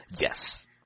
Yes